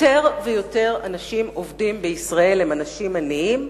יותר ויותר אנשים עובדים בישראל הם אנשים עניים,